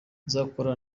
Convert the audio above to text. nzahora